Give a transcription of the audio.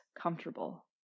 comfortable